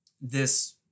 this-